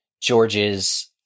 George's